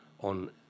on